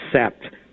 accept